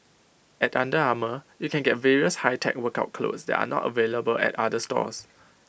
at under Armour you can get various high tech workout clothes that are not available at other stores